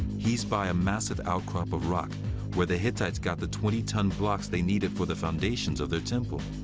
he's by a massive outcrop of rock where the hittites got the twenty ton blocks they needed for the foundations of their temple.